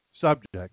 subject